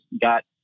got